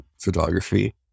photography